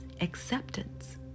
acceptance